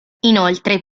inoltre